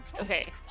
okay